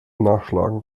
nachschlagen